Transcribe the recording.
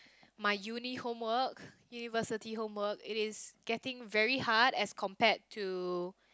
my uni~ homework university homework it is getting very hard as compared to